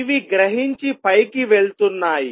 ఇవి గ్రహించి పైకి వెళ్తున్నాయి